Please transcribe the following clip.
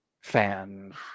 fan's